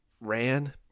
ran